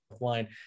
line